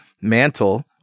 mantle